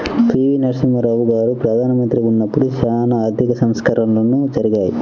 పి.వి.నరసింహారావు గారు ప్రదానమంత్రిగా ఉన్నపుడు చానా ఆర్థిక సంస్కరణలు జరిగాయి